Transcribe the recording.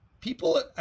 people